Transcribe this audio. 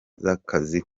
z’akazi